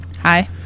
Hi